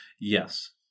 Yes